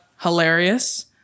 hilarious